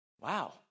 wow